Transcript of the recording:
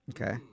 Okay